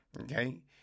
Okay